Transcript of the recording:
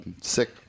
sick